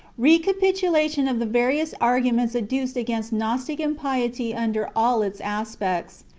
recapitulation of the various argmueuts adduced against gnostic impiety under all its aspects.